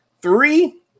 Three